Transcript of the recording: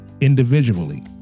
individually